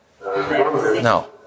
No